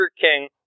King